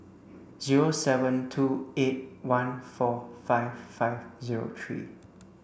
zero seven two eight one four five five zero three